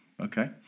okay